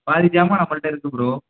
பாதி ஜாமான் நம்மள்கிட்ட இருக்குது ப்ரோ